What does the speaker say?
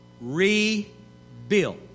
rebuilt